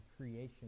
creation